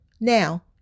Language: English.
Now